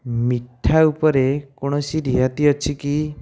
ମିଠା ଉପରେ କୌଣସି ରିହାତି ଅଛି କି